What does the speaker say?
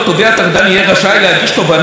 תובע טרדן יהיה רשאי להגיש תובענה,